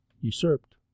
usurped